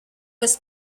was